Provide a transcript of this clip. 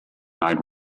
night